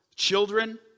children